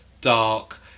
dark